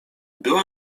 była